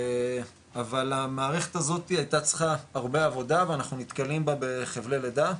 אבל המערכת הזאתי היתה צריכה הרבה עבודה ואנחנו נתקלים בה בחבלי לידה,